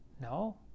No